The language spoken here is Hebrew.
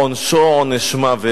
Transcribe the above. עונשו עונש מוות.